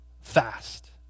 fast